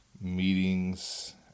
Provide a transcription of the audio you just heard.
meetings